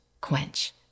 quench